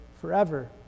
forever